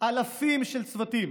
אלפי צוותים